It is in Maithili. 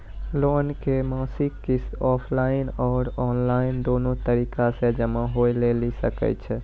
लोन के मासिक किस्त ऑफलाइन और ऑनलाइन दोनो तरीका से जमा होय लेली सकै छै?